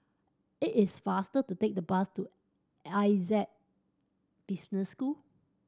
it is faster to take the bus to Essec Business School